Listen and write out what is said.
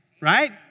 right